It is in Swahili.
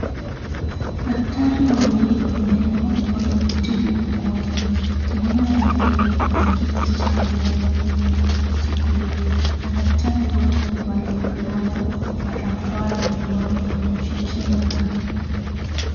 Daktari wawili wa meno wakimtibu mgonjwa. Mgonjwa amelala kwenye kiti cha meno huku akitibiwa. Madaktari wote wamevalia glovu, barakoa na miwani ya kujikinga.